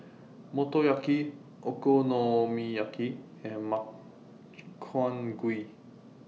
Motoyaki Okonomiyaki and Makchang Gui